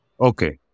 Okay